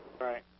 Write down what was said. Right